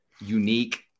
unique